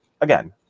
again